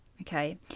Okay